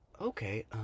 okay